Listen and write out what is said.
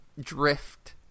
drift